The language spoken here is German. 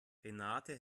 renate